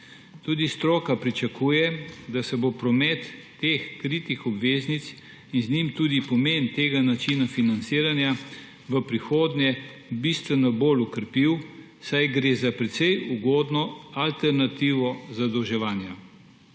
Tudi stroka pričakuje, da se bo promet teh kritih obveznic in z njim tudi pomen tega načina financiranja v prihodnje bistveno bolj okrepil, saj gre za precej ugodno alternativo zadolževanja.